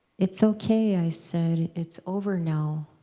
it's ok, i said. it's over now.